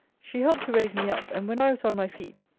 she helped to raise me up and when i was on my feet,